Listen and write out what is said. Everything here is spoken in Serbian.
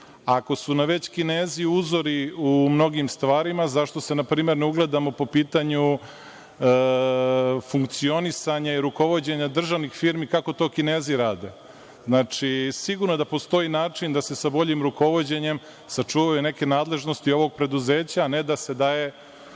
Ako su nam već Kinezi uzori u mnogim stvarima, zašto se npr. ne ugledamo po pitanju funkcionisanja i rukovođenja državnih firmi kako to Kinezi rade? Sigurno je da postoji način da se sa boljim rukovođenjem sačuvaju neke nadležnosti ovog preduzeća, a ne da se daje